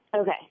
Okay